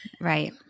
Right